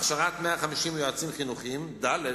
הכשרת 150 יועצים חינוכיים, ד.